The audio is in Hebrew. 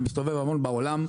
אני מסתובב הרבה בעולם,